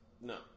No